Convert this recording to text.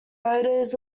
motors